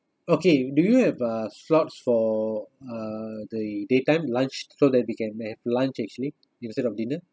okay do you have a slot for uh the daytime lunch so that we can have lunch actually instead of dinner